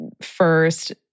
first